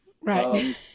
Right